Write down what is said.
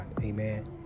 Amen